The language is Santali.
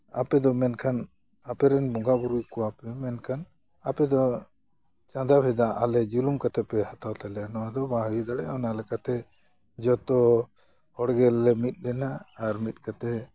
ᱟᱯᱮ ᱫᱚ ᱢᱮᱱᱠᱷᱟᱱ ᱟᱯᱮ ᱨᱮᱱ ᱵᱚᱸᱜᱟ ᱵᱩᱨᱩ ᱟᱠᱚᱣᱟᱟᱯᱮ ᱢᱮᱱᱠᱷᱟᱱ ᱟᱯᱮ ᱫᱚ ᱴᱟᱸᱫᱟ ᱵᱷᱟᱫᱟ ᱟᱞᱮ ᱡᱩᱞᱩᱢ ᱠᱟᱛᱮ ᱯᱮ ᱦᱟᱛᱟᱣ ᱛᱟᱞᱮᱭᱟ ᱱᱚᱣᱟ ᱫᱚ ᱵᱟᱝ ᱦᱩᱭ ᱫᱟᱲᱮᱭᱟᱜᱼᱟ ᱚᱱᱟᱞᱮᱠᱟᱛᱮ ᱡᱚᱛᱚ ᱦᱚᱲ ᱜᱮᱞᱮ ᱢᱤᱫ ᱞᱮᱱᱟ ᱟᱨ ᱢᱤᱫ ᱠᱟᱛᱮ